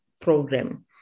Program